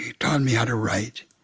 taught me how to write.